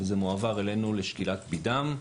וזה מועבר אלינו לשקילת ביד"ם,